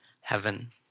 heaven